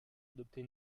adopter